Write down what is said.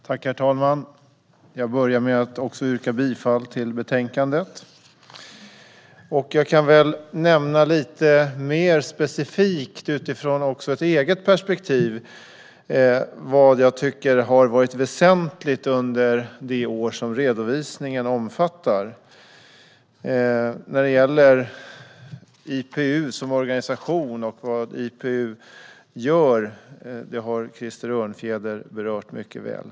Herr talman! Jag yrkar också bifall till utskottets förslag i betänkandet. Jag kan nämna lite mer specifikt vad jag, utifrån mitt eget perspektiv, tycker har varit väsentligt under det år som redovisningen omfattar. IPU som organisation och det IPU gör har Krister Örnfjäder berört mycket väl.